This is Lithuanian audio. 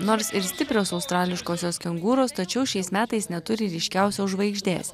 nors ir stiprios australiškosios kengūros tačiau šiais metais neturi ryškiausios žvaigždės